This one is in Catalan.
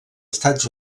estats